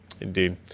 indeed